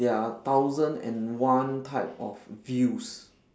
there are thousand and one type of views